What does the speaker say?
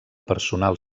personal